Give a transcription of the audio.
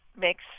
makes